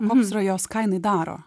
koks yra jos ką jinai daro